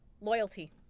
loyalty